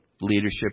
leadership